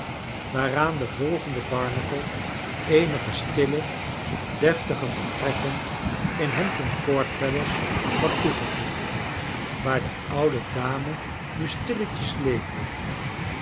waaraan de volgende barnacle eenige stille deftige vertrekken in hampton court palace had toegevoegd waar de oude dame nu stilletjes leefde